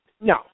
No